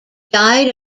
died